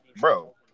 bro